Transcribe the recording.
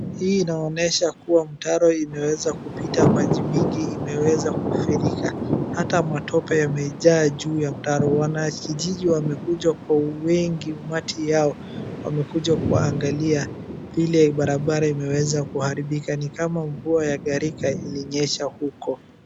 Hii inaonyesha kuwa mtaro imeweza kupita maji mengi imeweza kufirika. Hata matope yamejaa juu ya mtaro. Wanakijiji wamekuja kwa wingi umati yao, wamekuja kuangalia ile barabara imeweza kuharibika, ni kama mvua ya gharika ilinyesha huko.